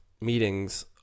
meetings